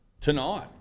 Tonight